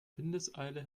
windeseile